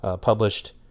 published